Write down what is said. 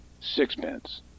Sixpence